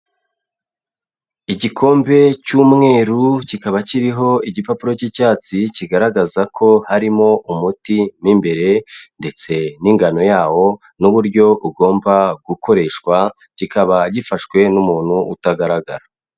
Igikombe cy'umweru, kikaba kiriho igipapuro cy'icyatsi kigaragaza ko harimo umuti mo imbere ndetse n'ingano yawo n'uburyo ugomba gukoreshwa, kikaba gifashwe n'umuntu utagaragara.